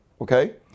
okay